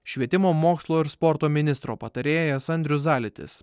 švietimo mokslo ir sporto ministro patarėjas andrius zalytis